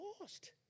lost